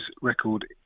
record